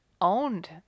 owned